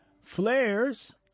Flares